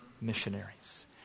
missionaries